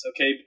okay